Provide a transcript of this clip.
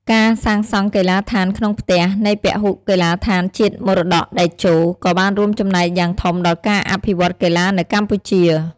ការសាងសង់កីឡដ្ឋានក្នុងផ្ទះ នៃពហុកីឡដ្ឋានជាតិមរតកតេជោ ក៏បានរួមចំណែកយ៉ាងធំដល់ការអភិវឌ្ឍកីឡានៅកម្ពុជា។